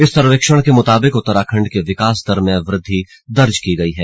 इस सर्वेक्षण के मुताबिक उत्तराखंड की विकास दर में वृद्वि दर्ज की गई है